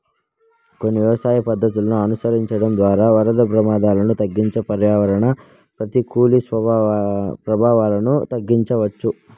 కొన్ని వ్యవసాయ పద్ధతులను అనుసరించడం ద్వారా వరద ప్రమాదాలను తగ్గించి పర్యావరణ ప్రతికూల ప్రభావాలను తగ్గించవచ్చు